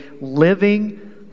living